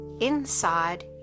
inside